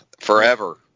Forever